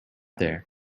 there